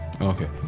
Okay